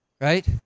right